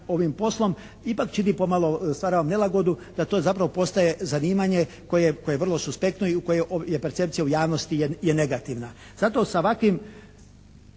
ovim poslom, ipak čini pomalo, stvara vam nelagodu da to zapravo postaje zanimanje koje je vrlo suspektno i u kojoj je percepcija u javnosti je negativna. Zato sa ovakvim